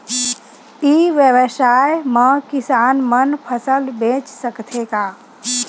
ई व्यवसाय म किसान मन फसल बेच सकथे का?